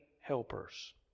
helpers